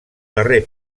darrer